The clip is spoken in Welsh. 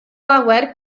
lawer